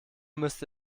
müsste